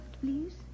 please